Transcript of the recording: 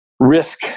risk